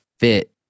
fit